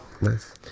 Nice